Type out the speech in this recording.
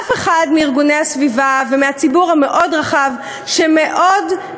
אף אחד מארגוני הסביבה ומהציבור המאוד-רחב שיש